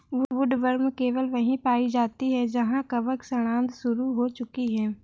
woodworm केवल वहीं पाई जाती है जहां कवक सड़ांध शुरू हो चुकी है